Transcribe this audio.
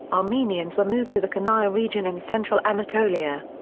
armenians were moved to the konya region in central anatolia.